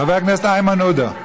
חבר הכנסת איימן עודה,